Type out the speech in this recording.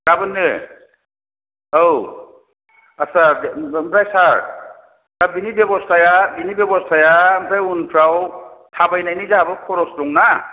गाबोननो औ आत्सा ओमफ्राय सार दा बिनि बेब'स्थाया ओमफ्राय उनफोराव थाबायनायनि जोंहाबो खरस दंना